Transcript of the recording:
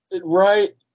right